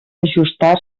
ajustar